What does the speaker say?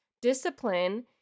Discipline